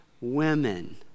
women